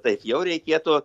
taip jau reikėtų